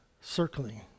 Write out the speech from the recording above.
circling